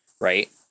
right